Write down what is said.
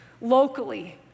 locally